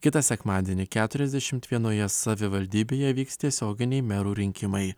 kitą sekmadienį keturiasdešim vienoje savivaldybėje vyks tiesioginiai merų rinkimai